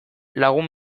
lagun